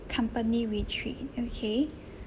company retreat okay